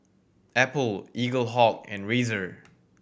Apple Eaglehawk and Razer